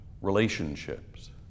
relationships